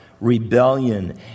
rebellion